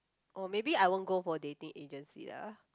or maybe I won't go for dating agency lah